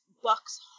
bucks